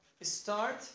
start